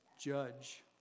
judge